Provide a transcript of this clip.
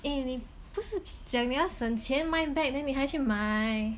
eh 你不是讲你要省钱卖 bag then 你还去买